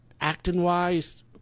acting-wise